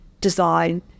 design